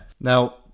Now